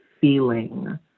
feeling